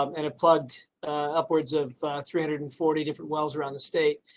um and it plugged upwards of three hundred and forty different wells around the state.